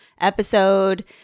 episode